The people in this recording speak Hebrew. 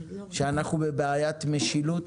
שאנחנו בבעיית משילות